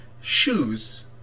shoes